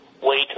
wait